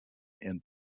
and